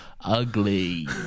Ugly